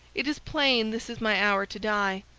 it is plain this is my hour to die!